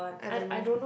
I don't know